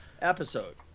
episode